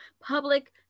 Public